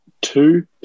two